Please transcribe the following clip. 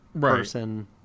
person